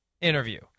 interview